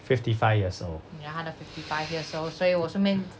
fifty five years old